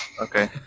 Okay